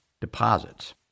deposits